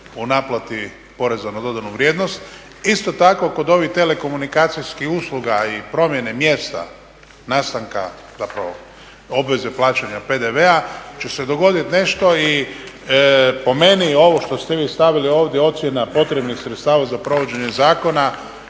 u naplati poreza na dodanu vrijednost. Isto tako, kod ovih telekomunikacijskih usluga i promjene mjesta nastanka, zapravo obveze plaćanja PDV-a će se dogoditi nešto i po meni ovo što ste vi stavili ovdje ocjena potrebnih sredstava za provođenje zakona